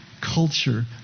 culture